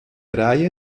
reihe